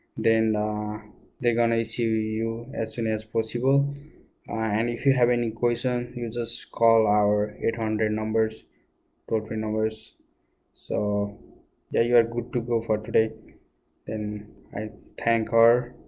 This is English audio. then they're gonna see you you as soon as possible and if you have any question you just call our eight hundred numbers toll-free numbers so yeah you are good to go for today then i thank her